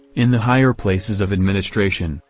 in the higher places of administration,